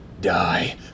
Die